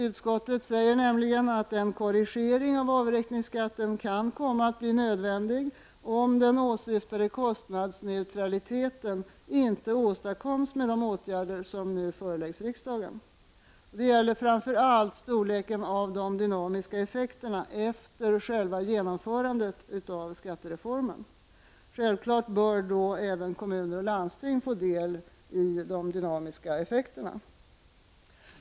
Utskottet säger nämligen att en korrigering av avräkningsskatten kan komma att bli nödvändig om den åsyftade neutraliteten inte åstadkoms med de åtgärder som nu riksdagen nu föreslås fatta beslut om. Det gäller framför allt storleken av de dynamiska effekterna efter själva genomförandet av skattereformen. Självklart bör då även kommuner och landsting få sin del av dessa dynamiska effekter.